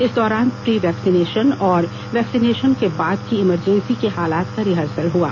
इस दौरान pre vaccination और वैक्सीनेशन के बाद की इमरजेंसी के हालात का रिहर्सल हुआ